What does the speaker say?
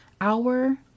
hour